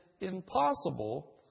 impossible